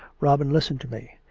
robin, listen to me.